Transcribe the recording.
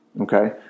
okay